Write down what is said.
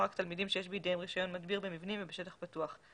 רק תלמידים שיש בידיהם רישיון מדביר במבנים ובשטח פתוח,